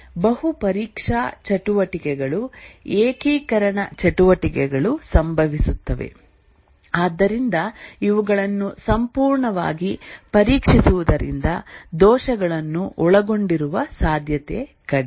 ಬಹು ಪರೀಕ್ಷಾ ಚಟುವಟಿಕೆಗಳು ಏಕೀಕರಣ ಚಟುವಟಿಕೆಗಳು ಸಂಭವಿಸುತ್ತವೆ ಆದ್ದರಿಂದ ಇವುಗಳನ್ನು ಸಂಪೂರ್ಣವಾಗಿ ಪರೀಕ್ಷಿಸುವುದರಿಂದ ದೋಷಗಳನ್ನು ಒಳಗೊಂಡಿರುವ ಸಾಧ್ಯತೆ ಕಡಿಮೆ